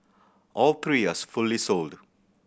all three fully sold